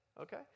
okay